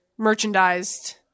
merchandised